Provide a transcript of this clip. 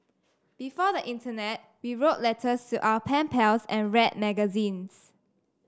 before the internet we wrote letters to our pen pals and read magazines